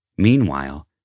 Meanwhile